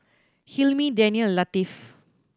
Hilmi Danial and Latif